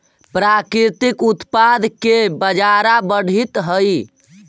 प्राकृतिक उत्पाद के बाजार बढ़ित हइ